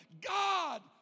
God